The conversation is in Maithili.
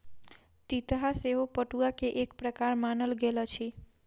तितहा सेहो पटुआ के एक प्रकार मानल गेल अछि